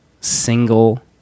single